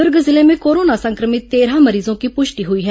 दुर्ग जिले में कोरोना संक्रमित तेरह मरीजों की पुष्टि हुई है